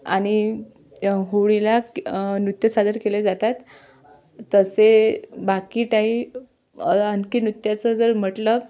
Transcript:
आणि होळीला नृत्य सादर केले जातात तसे बाकी काही आणखी नृत्याचं जर म्हटलं